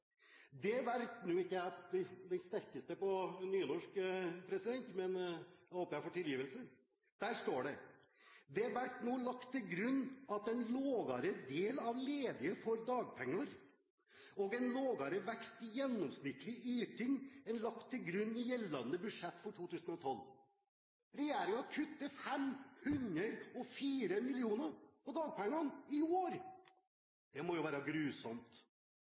«Det vert no lagt til grunn at ein lågare del av ledige får dagpengar, og ein lågare vekst i gjennomsnittleg yting enn lagt til grunn i gjeldande budsjett 2012.» Regjeringen kutter 504 mill. kr i dagpengene i år. Det må jo være grusomt.